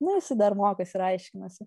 nu jisai dar mokosi ir aiškinasi